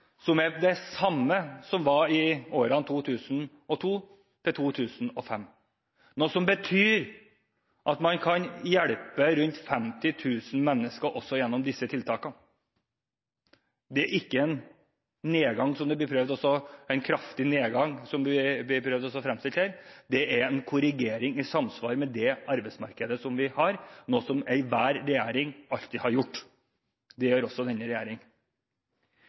som er den samme som i årene 2002–2005, noe som betyr at man kan hjelpe rundt 50 000 mennesker også gjennom disse tiltakene. Det er ikke en kraftig nedgang, slik det blir prøvd fremstilt her, det er en korrigering i samsvar med det arbeidsmarkedet vi har, noe som enhver regjering alltid har gjort. Det gjør også denne